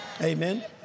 Amen